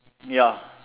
ya